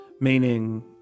meaning